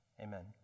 Amen